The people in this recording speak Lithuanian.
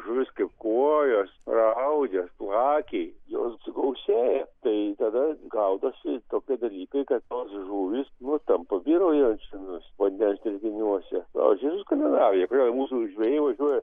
žuvys kaip kuojos raudės plakiai jos gausėja tai tada gaudosi tokie dalykai kad tos žuvys nu tampa vyraujančiomis vandens telkiniuose aš žiūriu į skandinaviją kodėl mūsų žvejai važiuoja